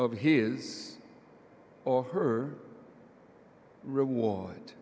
of his or her reward